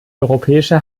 europäische